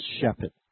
Shepherd